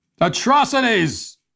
Atrocities